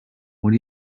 are